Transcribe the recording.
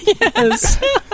Yes